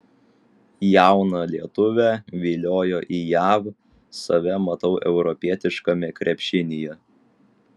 jauną lietuvę viliojo į jav save matau europietiškame krepšinyje